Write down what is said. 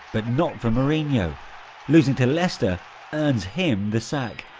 but not for mourinho. losing to leicester earns him the sack.